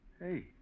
Hey